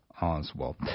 Oswald